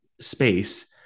space